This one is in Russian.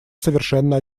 совершенно